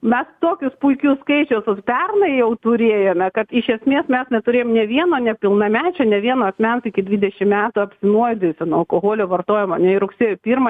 mes tokius puikius skaičius pernai jau turėjome kad iš esmės mes neturėjom nė vieno nepilnamečio ne vieno asmens iki dvidešim metų apsinuodijusio nuo alkoholio vartojimo nei rugsėjo pirmą